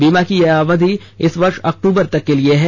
बीमा की यह अवधि इस वर्ष अक्टूबर तक के लिए है